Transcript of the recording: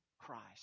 Christ